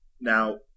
Now